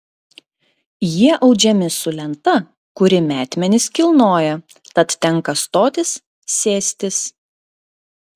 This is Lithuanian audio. jie audžiami su lenta kuri metmenis kilnoja tad tenka stotis sėstis